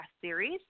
series